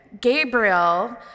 Gabriel